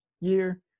year